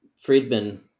friedman